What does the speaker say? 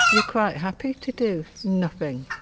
you're quite happy to do nothing.